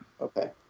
Okay